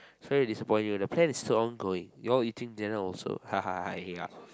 sorry to disappoint you the plan is still ongoing you all eating dinner also hahahaha yeah